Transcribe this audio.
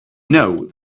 know